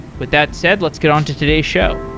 with that said, let's get on to today's show.